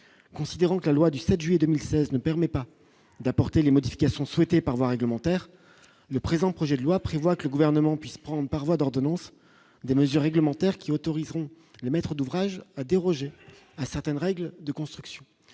considérant que la loi du 7 juillet 2016 ne permet pas d'apporter les modifications souhaitées par voie réglementaire, le présent projet de loi prévoit que le gouvernement puisse prendre par voie d'ordonnance des mesures réglementaires qui autoriseront le maître d'ouvrage à déroger à certaines règles de construction,